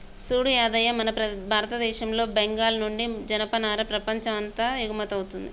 సూడు యాదయ్య మన భారతదేశంలో బెంగాల్ నుండి జనపనార ప్రపంచం అంతాకు ఎగుమతౌతుంది